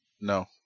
no